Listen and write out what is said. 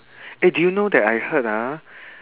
eh do you know that I heard ah